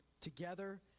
together